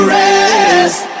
rest